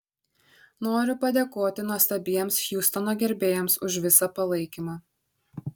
noriu padėkoti nuostabiems hjustono gerbėjams už visą palaikymą